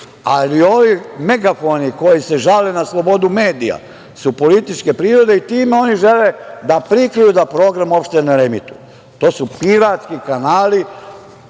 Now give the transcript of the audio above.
A i ovi megafoni koji se žale na slobodu medija su političke prirode i time oni žele da prikriju da program uopšte ne reemituju. To su piratski kanali,